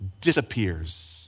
disappears